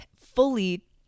fully